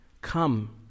come